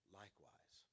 likewise